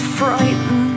frightened